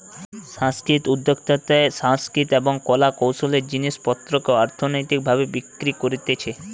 সাংস্কৃতিক উদ্যোক্তাতে সাংস্কৃতিক এবং কলা কৌশলের জিনিস পত্রকে অর্থনৈতিক ভাবে বিক্রি করতিছে